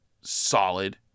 solid